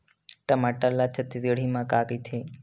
टमाटर ला छत्तीसगढ़ी मा का कइथे?